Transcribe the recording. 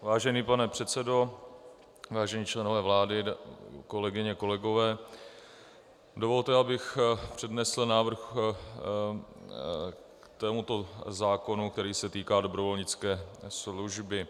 Vážený pane předsedo, vážení členové vlády, kolegyně a kolegové, dovolte, abych přednesl návrh k tomuto zákonu, který se týká dobrovolnické služby.